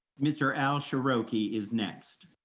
mr. al ciarochi is next.